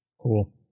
Cool